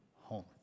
home